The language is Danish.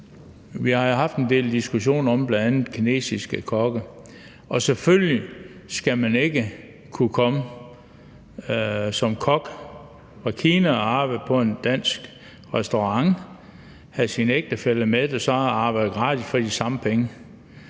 Vi har jo haft en del diskussioner om bl.a. kinesiske kokke, og selvfølgelig skal man ikke kunne komme som kok fra Kina, arbejde på en dansk restaurant og have sin ægtefælle med, som så arbejder gratis, altså for de samme penge;